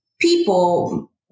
people